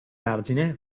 vergine